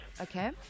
okay